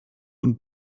und